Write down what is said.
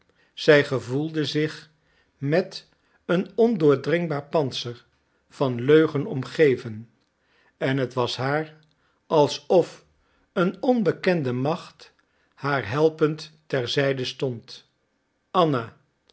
zij gevoelde zich met een ondoordringbaar pantser van leugen omgeven en het was haar alsof een onbekende macht haar helpend ter zijde stond anna